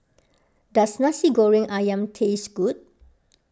does Nasi Goreng Ayam taste good